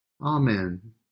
Amen